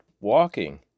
walking